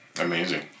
Amazing